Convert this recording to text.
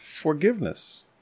forgiveness